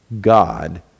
God